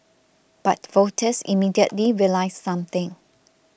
but voters immediately realised something